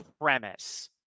premise